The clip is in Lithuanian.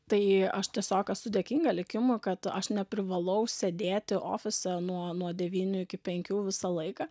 tai aš tiesiog esu dėkinga likimui kad aš neprivalau sėdėti ofise nuo nuo devynių iki penkių visą laiką